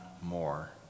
more